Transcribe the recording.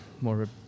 more